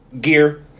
gear